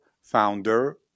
founder